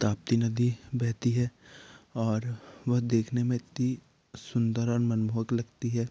ताप्ती नदी बहती है और वह देखने में इतनी सुन्दर और मनमोहक लगती है